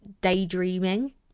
daydreaming